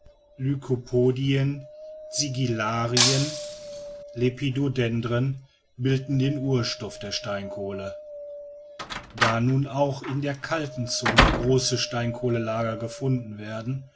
lycopodien sigilarien lepidodendren bilden den urstoff der steinkohle da nun auch in der kalten zone große steinkohlenlager gefunden werden